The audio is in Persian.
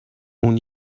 اون